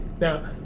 Now